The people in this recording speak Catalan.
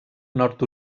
nord